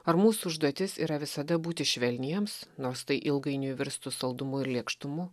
ar mūsų užduotis yra visada būti švelniems nors tai ilgainiui virstų saldumu ir lėkštumu